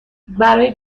برای